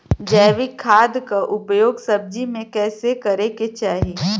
जैविक खाद क उपयोग सब्जी में कैसे करे के चाही?